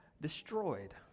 destroyed